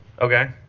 Okay